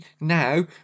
now